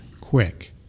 quick